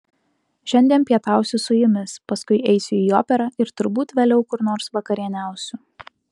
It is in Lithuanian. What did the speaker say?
šiandien pietausiu su jumis paskui eisiu į operą ir turbūt vėliau kur nors vakarieniausiu